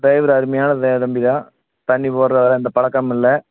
driver அருமையான தம்பிதான் தண்ணி போடுற வேலை வேற எந்த பழக்கமும் இல்லை